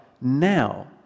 now